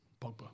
Pogba